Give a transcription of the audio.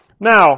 Now